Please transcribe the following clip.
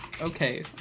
Okay